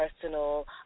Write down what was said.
personal